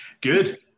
good